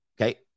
okay